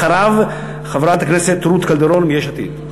אחריו, חברת הכנסת רות קלדרון מיש עתיד,